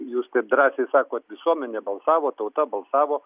jūs taip drąsiai sakot visuomenė balsavo tauta balsavo